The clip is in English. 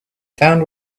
found